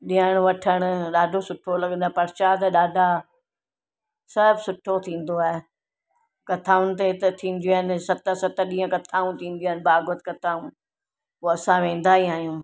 ॾियण वठण ॾाढो सुठो लॻंदो आहे प्रशाद ॾाढा सभु सुठो थींदो आहे कथाउनि ते त थींदियूं आहिनि सत सत ॾींहं कथाऊं थींदियूं आहिनि भाॻवत कथाऊं पोइ असां वेंदा ई आहियूं